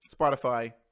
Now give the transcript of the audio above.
Spotify